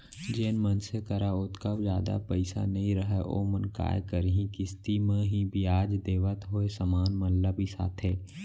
जेन मनसे करा ओतका जादा पइसा नइ रहय ओमन काय करहीं किस्ती म ही बियाज देवत होय समान मन ल बिसाथें